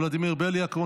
ולדימיר בליאק,